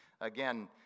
again